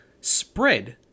spread